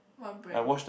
what brand